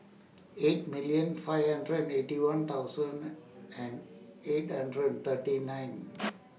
eight million five hundred and Eighty One thousand and eight hundred thirty ninth